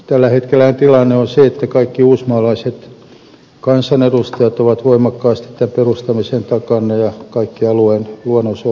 tällä hetkellähän tilanne on se että kaikki uusimaalaiset kansanedustajat ovat voimakkaasti tämän perustamisen takana ja kaikki alueen luonnonsuojelujärjestöt